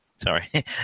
Sorry